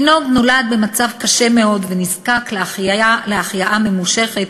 התינוק נולד במצב קשה מאוד ונזקק להחייאה ממושכת,